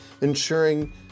ensuring